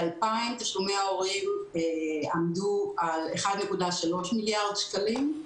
ב-2000 תשלומי ההורים עמדו על 1.3 מיליארד שקלים,